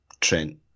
Trent